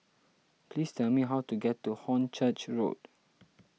please tell me how to get to Hornchurch Road